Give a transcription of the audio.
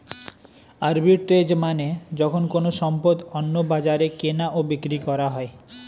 arbitrage মানে যখন কোনো সম্পদ অন্য বাজারে কেনা ও বিক্রি করা হয়